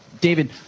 David